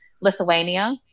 Lithuania